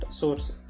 source